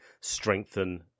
strengthen